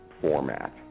format